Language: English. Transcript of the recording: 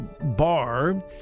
bar